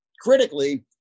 Critically